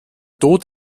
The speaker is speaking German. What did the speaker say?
tod